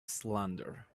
slander